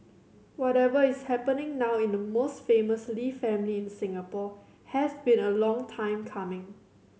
whatever is happening now in the most famous Lee family in Singapore has been a long time coming